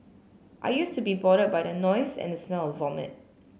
I used to be bothered by the noise and the smell of vomit